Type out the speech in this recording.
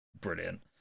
brilliant